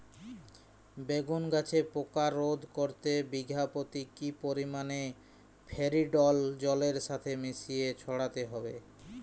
বেগুন গাছে পোকা রোধ করতে বিঘা পতি কি পরিমাণে ফেরিডোল জলের সাথে মিশিয়ে ছড়াতে হবে?